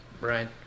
Right